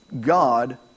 God